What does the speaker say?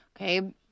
Okay